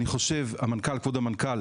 כבוד המנכ"ל,